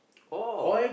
oh